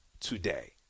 today